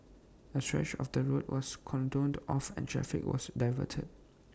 A stretch of the road was cordoned off and traffic was diverted